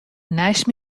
neist